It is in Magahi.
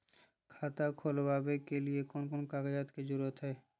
खाता खोलवे के लिए कौन कौन कागज के जरूरत है?